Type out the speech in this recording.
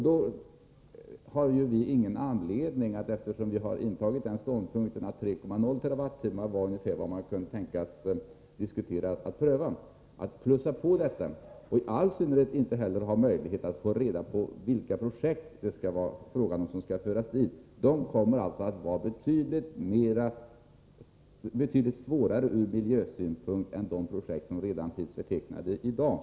Då har vi ingen anledning —- eftersom vi har intagit den ståndpunkten att 3,0 TWh var ungefär vad man kunde tänkas pröva — att plussa på detta. Detta gäller i all synnerhet som vi inte har möjlighet att få reda på vilka projekt som skall föras upp på förteckningen. De kommer att få betydligt svårare konsekvenser ur miljösynpunkt än de projekt som redan finns förtecknade i dag.